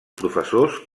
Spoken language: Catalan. professors